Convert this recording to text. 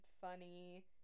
funny